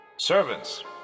Servants